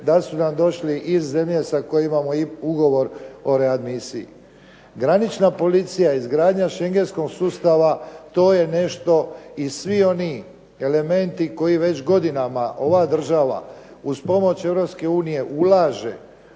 da su nam došli iz zemlje sa kojima imamo i ugovor o read misiji. Granična policija, izgradnja shengenskog sustava to je nešto i svi oni elementi koji već godinama ova država uz pomoć Europske